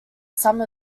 some